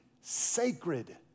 sacred